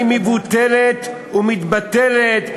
אני מבוטלת ומתבטלת,